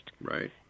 Right